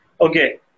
Okay